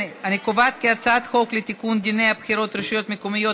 אני קובעת כי הצעת חוק לתיקון דיני הבחירות לרשויות המקומיות,